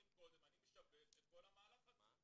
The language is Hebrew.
קודם אז אני משבש את כל המהלך הזה.